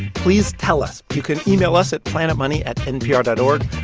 please tell us. you can email us at planetmoney at npr dot o r g,